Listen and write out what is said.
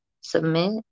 Submit